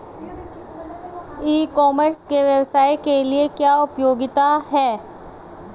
ई commerce के व्यवसाय के लिए क्या उपयोगिता है?